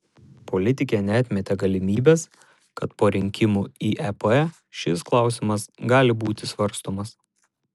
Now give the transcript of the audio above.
politikė neatmetė galimybės kad po rinkimų į ep šis klausimas gali būti svarstomas